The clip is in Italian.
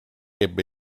ebbe